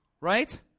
Right